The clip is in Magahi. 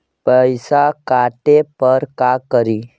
पैसा काटे पर का करि?